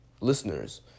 listeners